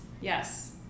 Yes